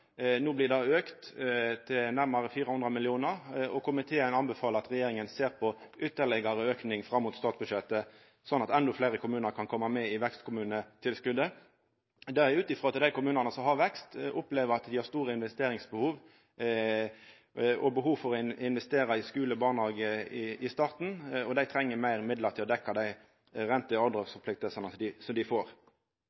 No blir det auka til nærmare 400 mill. kr. Komiteen anbefaler at regjeringa ser på ytterlegare auking fram mot statsbudsjettet, slik at endå fleire kommunar kan koma med i vekstkommunetilskotet – ut frå at dei kommunane som har vekst, opplever at dei har store investeringsbehov og behov for å investera i skule og barnehage i starten, og dei treng meir midlar til å dekkja dei rente-